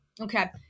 Okay